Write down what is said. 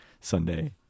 Sunday